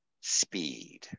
speed